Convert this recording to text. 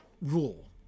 rule